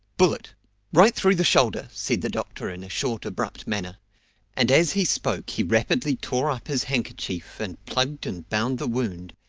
bullet right through the shoulder! said the doctor in a short abrupt manner and as he spoke he rapidly tore up his handkerchief, and plugged and bound the wound,